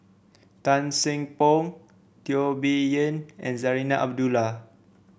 Tan Seng Poh Teo Bee Yen and Zarinah Abdullah